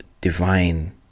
divine